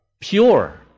Pure